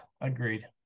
Agreed